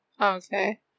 Okay